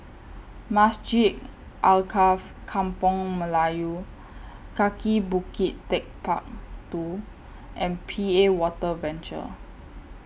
Masjid Alkaff Kampung Melayu Kaki Bukit Techpark two and P A Water Venture